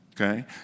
Okay